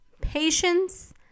Patience